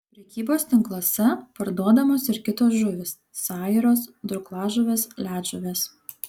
prekybos tinkluose parduodamos ir kitos žuvys sairos durklažuvės ledžuvės